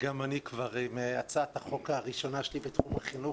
גם אני כבר עם הצעת החוק הראשונה שלי בתחום החינוך,